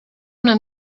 una